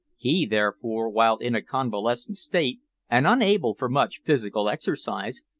he, therefore, while in a convalescent state and unable for much physical exercise,